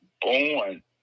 born